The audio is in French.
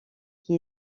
qui